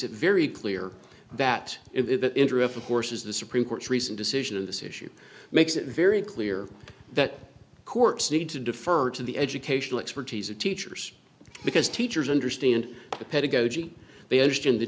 it very clear that it into a force is the supreme court's recent decision in this issue makes it very clear that courts need to defer to the educational expertise of teachers because teachers understand the pedagogy they understand the